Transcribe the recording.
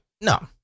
No